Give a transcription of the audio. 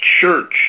church